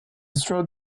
strode